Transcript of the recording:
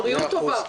בריאות טובה.